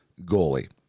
goalie